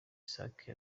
sake